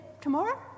tomorrow